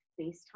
FaceTime